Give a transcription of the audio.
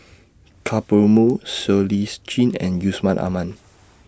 Ka Perumal Siow Lee Chin and Yusman Aman